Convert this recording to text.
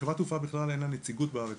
חברת התעופה בכלל אין לה נציגות בארץ.